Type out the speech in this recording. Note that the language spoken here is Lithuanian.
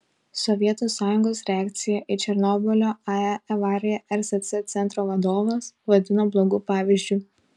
sovietų sąjungos reakciją į černobylio ae avariją rsc centro vadovas vadino blogu pavyzdžiu